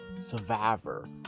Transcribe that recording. Survivor